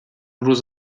روز